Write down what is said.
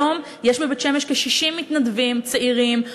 היום יש בבית-שמש כ-60 מתנדבים צעירים,